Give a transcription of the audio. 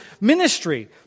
ministry